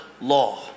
law